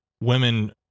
women